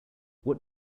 what